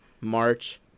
March